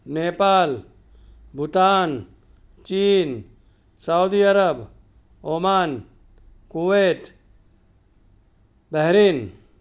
Nepal Bhutan China Saudi Arabia Oman Kuwait Bahrain